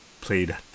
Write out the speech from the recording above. played